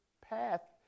path